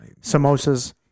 samosas